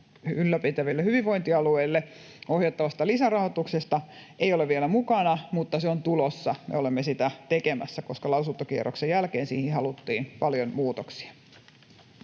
ylläpitäville hyvinvointialueille ohjattavasta lisärahoituksesta ei ole vielä mukana, mutta se on tulossa, me olemme sitä tekemässä, koska lausuntokierroksen jälkeen siihen haluttiin paljon muutoksia.